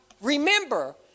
remember